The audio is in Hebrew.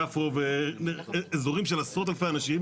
יפו ואזורים של עשרות אלפי אנשים,